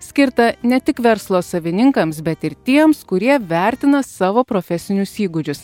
skirta ne tik verslo savininkams bet ir tiems kurie vertina savo profesinius įgūdžius